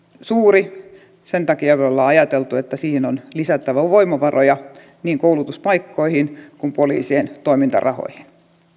suuri sen takia me olemme ajatelleet että siihen on lisättävä voimavaroja niin koulutuspaikkoihin kuin poliisien toimintarahoihin